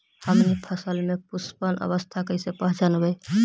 हमनी फसल में पुष्पन अवस्था कईसे पहचनबई?